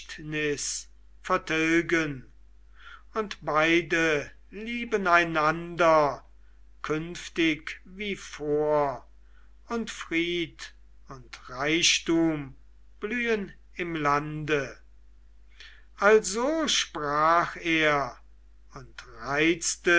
vertilgen und beide lieben einander künftig wie vor und fried und reichtum blühen im lande also sprach er und reizte